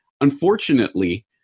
unfortunately